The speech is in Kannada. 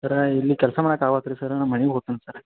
ಸರ್ರ ಇಲ್ಲಿ ಕೆಲಸ ಮಾಡಕ್ಕೆ ಆಗವಲ್ತ್ರೀ ಸರ್ರ ನಾನು ಮನೆಗ್ ಹೋತ್ನ್ ಸರ್ರ